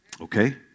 Okay